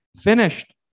finished